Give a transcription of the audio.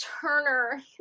Turner